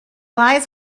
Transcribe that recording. lies